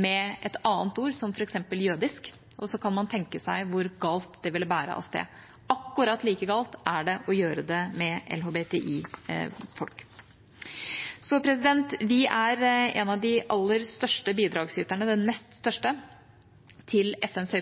med et annet ord, som f.eks. «jødisk», og så kan man tenke seg hvor galt av sted det ville bære. Akkurat like galt er det å gjøre det med LHBTI-folk. Vi er en av de aller største bidragsyterne, den nest største, til FNs